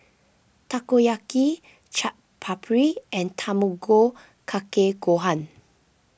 Takoyaki Chaat Papri and Tamago Kake Gohan